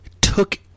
took